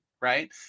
right